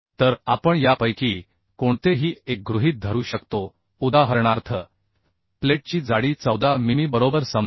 तर आपण यापैकी कोणतेही एक गृहीत धरू शकतो उदाहरणार्थ प्लेटची जाडी 14 मिमी बरोबर समजा